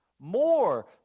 more